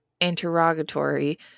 interrogatory